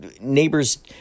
neighbors